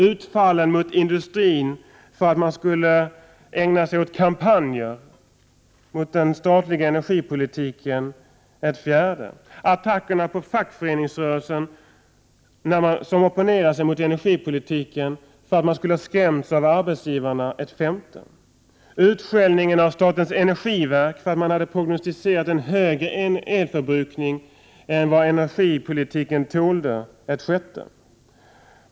Utfallen mot industrin för att den skulle ägna sig åt kampanjer mot den statliga energipolitiken är ett fjärde. Attackerna på fackföreningsrörelsen som opponerar sig mot energipolitiken och för att man skulle ha skrämts av arbetsgivarna är ett femte. Utskällningen av statens energiverk för att man hade prognostiserat en högre elförbrukning än vad energipolitiken tålde utgör ett sjätte.